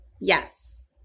Yes